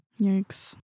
Yikes